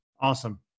Awesome